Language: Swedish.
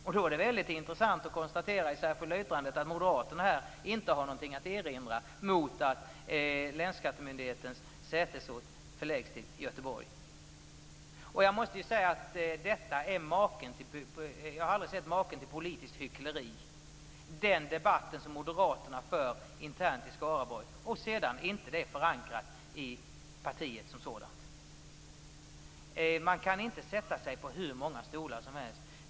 Därför är det intressant att moderaterna i sitt särskilda yttrande inte har något att erinra mot att länsskattemyndighetens sätesort blir Göteborg. Jag har aldrig sett maken till politiskt hyckleri. Moderaterna för en debatt i Skaraborg, men detta är sedan inte förankrat i partiet. Man kan inte sätta sig på hur många stolar som helst!